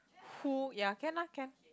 who ya can lah can